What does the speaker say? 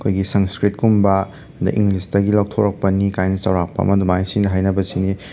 ꯑꯩꯈꯣꯏꯒꯤ ꯁꯪꯁꯀ꯭ꯔꯤꯠꯀꯨꯝꯕ ꯑꯗꯩ ꯏꯪꯂꯤꯁꯇꯒꯤ ꯂꯧꯊꯣꯔꯛꯄꯅꯤ ꯀꯥꯏꯅ ꯆꯧꯔꯥꯛꯄꯃ ꯑꯗꯨꯃꯥꯏ ꯁꯤꯅ ꯍꯥꯏꯅꯕꯁꯤꯅꯤ